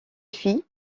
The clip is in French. fille